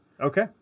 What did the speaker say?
Okay